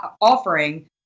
offering